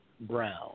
Brown